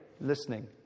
listening